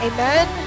Amen